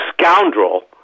scoundrel